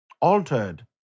altered